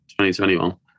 2021